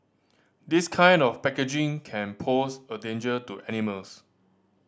this kind of packaging can pose a danger to animals